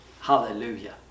Hallelujah